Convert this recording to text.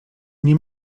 nie